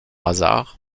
hasard